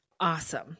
Awesome